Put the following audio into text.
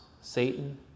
Satan